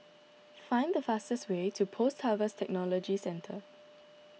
find the fastest way to Post Harvest Technology Centre